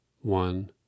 one